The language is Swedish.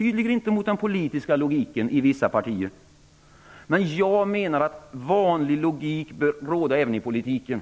men tydligen inte mot den politiska logiken i vissa partier. Jag menar att vanlig logik bör råda även i politiken.